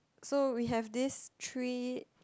so we have this three